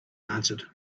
answered